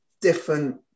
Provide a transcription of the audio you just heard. different